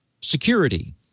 security